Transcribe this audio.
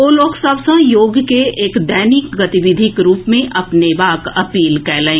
ओ लोक सभ सँ योग के एक दैनिक गतिविधिक रूप मे अपनेबाक अपील कएलनि